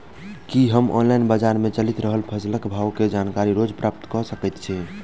की हम ऑनलाइन, बजार मे चलि रहल फसलक भाव केँ जानकारी रोज प्राप्त कऽ सकैत छी?